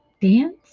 dance